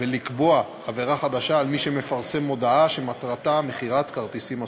ולקבוע עבירה חדשה של פרסום הודעה שמטרתה מכירת כרטיסים אסורה.